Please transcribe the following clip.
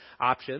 options